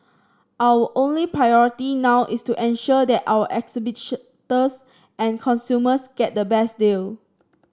our only priority now is to ensure that our exhibitors and consumers get the best deal